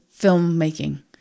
filmmaking